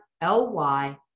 L-Y